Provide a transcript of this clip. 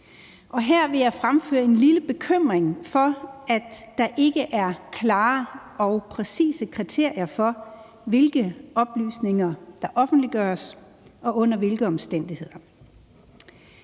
Her vil jeg fremføre et lille bekymring for, at der ikke er klare og præcise kriterier for, hvilke oplysninger der offentliggøres og under hvilke omstændigheder.